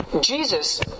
Jesus